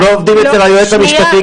אנחנו לא עובדים אצל היועץ המשפטי,